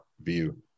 view